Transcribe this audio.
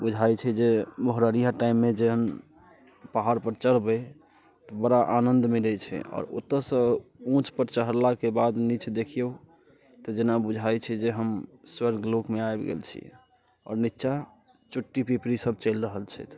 बुझाइत छै जे भोरहरिया टाइममे जे हम पहाड़ पर हम चढ़बै तऽ बड़ा आनन्द मिलैत छै आओर ओतऽ सँ ऊँच पर चहरलाके बाद नीच देखियौ तऽ जेना बुझाइत छै जे हम स्वर्ग लोकमे आबि गेल छी आओर नीचाँ चुट्टी पिपड़ी सभ चलि रहल छथि